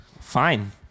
Fine